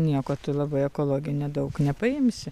nieko tu labai ekologiniam daug nepaimsi